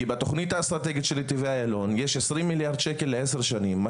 כי בתוכנית האסטרטגית של נתיבי איילון יש 20 מיליארד שקל לעשר שנים,